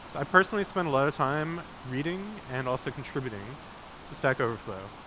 ah personally spend a lot of time reading and also contributing to stack overflow.